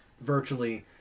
virtually